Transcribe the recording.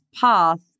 path